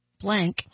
blank